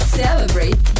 celebrate